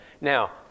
now